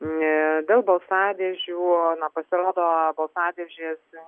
dėl balsadėžių na pasirodo balsadėžės